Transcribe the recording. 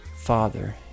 Father